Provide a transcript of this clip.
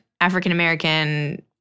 African-American